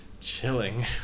Chilling